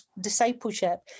discipleship